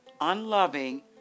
unloving